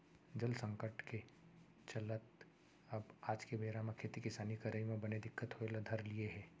जल संकट के चलत अब आज के बेरा म खेती किसानी करई म बने दिक्कत होय ल धर लिये हे